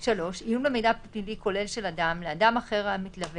(3) עיון במידע פלילי כולל של אדם לאדם אחר המתלווה